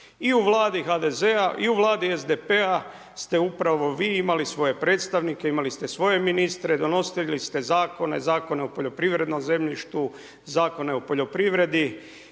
I u Vladi HDZ-a i u Vladi SDP-a s te upravo vi imali svoje predstavnike, imali ste svoje ministre, donosili ste zakone, Zakon o poljoprivrednom zemljištu, zakone o poljoprivredi